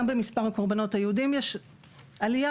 גם במספר הקורבנות היהודים יש עלייה,